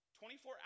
24